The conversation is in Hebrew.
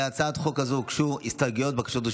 להצעת החוק הזו הוגשו הסתייגויות ובקשות רשות